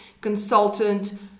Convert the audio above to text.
consultant